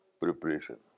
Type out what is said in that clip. preparation